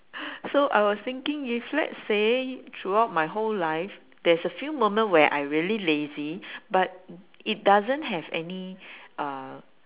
so I was thinking if let's say throughout my whole life there is a few moments where I really lazy but it doesn't have any uh